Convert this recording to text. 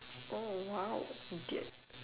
oh !wow! idiot